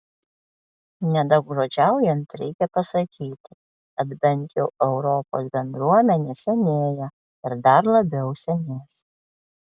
nedaugžodžiaujant reikia pasakyti kad bent jau europos bendruomenė senėja ir dar labiau senės